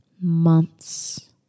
months